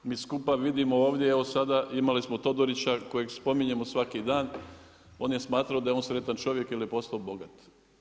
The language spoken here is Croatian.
Mi skupa vidimo ovdje evo sada, imali smo Todorića kojeg spominje o svaki dan, on je smatrao da je on sretan čovjek jer je postao bogat.